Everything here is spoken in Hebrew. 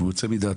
והוא יוצא מדעתו.